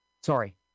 Sorry